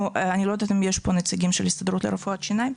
אני לא יודעת אם יש פה נציגים של ההסתדרות לרפואת שיניים.